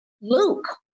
Luke